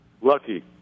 Lucky